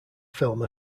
film